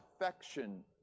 affection